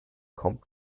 kommt